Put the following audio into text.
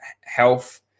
health